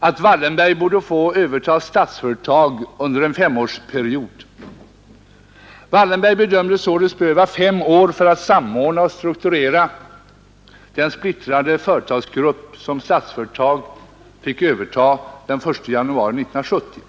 att Wallenberg borde få överta Statsföretag under en femårsperiod. Wallenberg bedömdes således behöva fem år för att samordna och strukturera den splittrade företagsgrupp som Statsföretag fick ta över den 1 januari 1970.